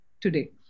today